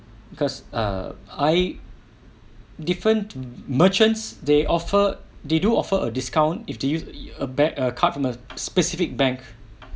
because err I different merchants they offer they do offer a discount if they use a bag a card from a specific bank